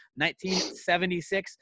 1976